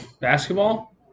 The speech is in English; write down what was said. Basketball